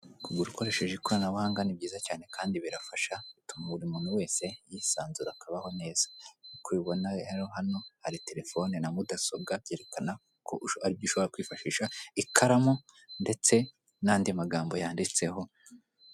Kugura ukoresheje ikoranabuhanga ni byiza cyane kandi birafasha, bituma umuntu wese yisanzura akabaho neza. Nk'uko mubibona rero hano hari telefone na mudasobwa byerekana ko aribyo ushobora kwifashisha ikaramu ndetse n'andi magambo yanditseho.